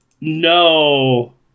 no